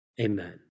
Amen